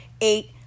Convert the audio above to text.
eight